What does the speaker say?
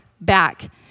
back